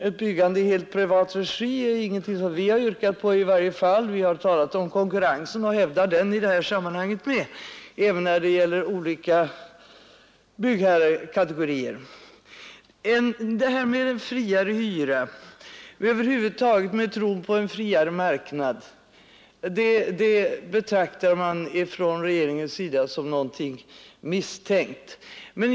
Ett byggande i helt privat regi är i varje fall ingenting som vi har yrkat på: vi har talat om konkurrensen och hävdar den också i detta sammanhang, även när det gäller olika byggherrekategorier. Regeringen betraktar friare hyra och över huvud taget tron på en friare marknad som någonting misstänkt.